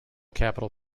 capital